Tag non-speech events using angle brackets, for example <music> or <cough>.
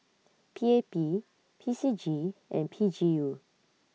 P A P <noise> P C G and P G U